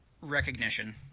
recognition